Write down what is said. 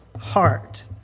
heart